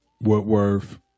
Woodworth